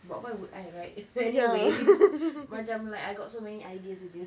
but why would I right if anyways macam like I got so many ideas you see